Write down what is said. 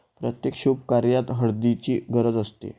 प्रत्येक शुभकार्यात हळदीची गरज असते